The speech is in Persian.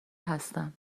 هستن